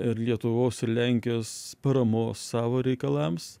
ir lietuvos ir lenkijos paramos savo reikalams